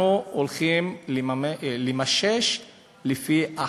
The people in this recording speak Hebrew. אנחנו הולכים למשש לפי החשד,